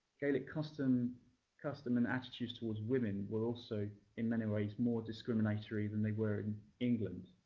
gaelic custom custom and attitudes towards women were also, in many ways, more discriminatory than they were in england.